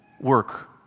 work